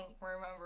remember